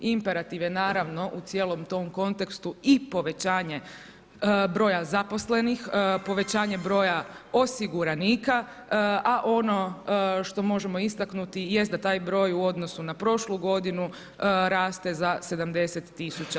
Imperativ je naravno u cijelom tom kontekstu i povećanje broja zaposlenih, povećanje broja osiguranika, a ono što možemo istaknuti jest da taj broj u odnosu na prošlu godinu raste za 70 tisuća.